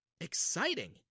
exciting